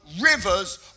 rivers